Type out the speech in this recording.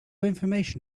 information